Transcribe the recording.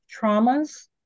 traumas